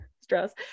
stress